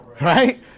Right